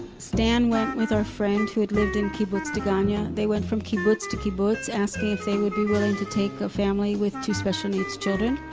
stan went with our friend, who had lived in kibbutz degania, they went from kibbutz to kibbutz, asking if they would be willing to take a family with two special needs children.